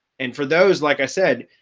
and for those, like i said,